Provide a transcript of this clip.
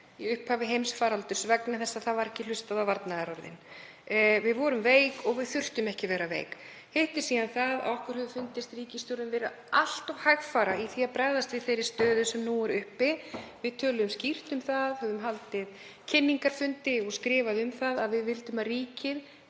í upphafi heimsfaraldurs vegna þess að það var ekki hlustað á varnaðarorðin. Við vorum veik en við þurftum ekki að vera veik. Hitt er síðan það að okkur hefur fundist ríkisstjórnin vera allt of hægfara í því að bregðast við þeirri stöðu sem nú er uppi. Við töluðum skýrt um það, við höfum haldið kynningarfundi og skrifað um það að við vildum að ríkið